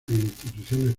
instituciones